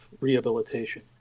rehabilitation